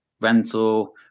rental